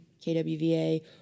KWVA